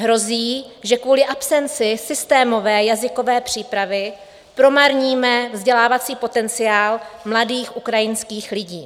Hrozí, že kvůli absenci systémové jazykové přípravy promarníme vzdělávací potenciál mladých ukrajinských lidí.